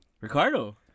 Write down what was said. ricardo